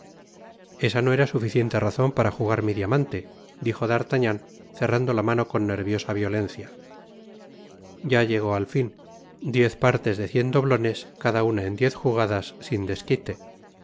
esa no era suficiente razon para jugar mi diamante dijo d'artagnan errando la mano con nerviosa violencia i l ifrrya llego al fin diez partes de cien doblones cada una en diez jugadas sin desquite